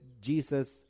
Jesus